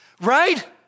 Right